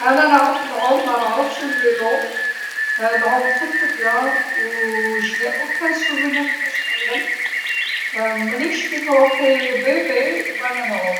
أنا نعرف نعوم مانعرفش الدراجة، نعوم جيد جدا جدا وماعندي أي ذكرى كيفاش تعلمت، من اللي شفيت روحي رضيعة وأنا نعوم.